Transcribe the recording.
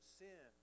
sin